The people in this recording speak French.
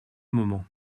moment